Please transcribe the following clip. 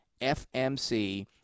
FMC